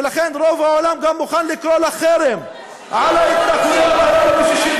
ולכן רוב העולם גם מוכן לקרוא לחרם על ההתנחלויות מ-67'.